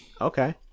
Okay